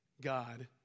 God